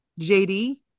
JD